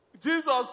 Jesus